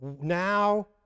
now